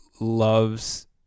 loves